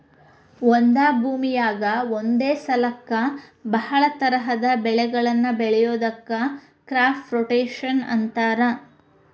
ಒಂದ ಭೂಮಿಯಾಗ ಒಂದ ಸಲಕ್ಕ ಬಹಳ ತರಹದ ಬೆಳಿಗಳನ್ನ ಬೆಳಿಯೋದಕ್ಕ ಕ್ರಾಪ್ ರೊಟೇಷನ್ ಅಂತಾರ